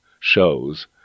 shows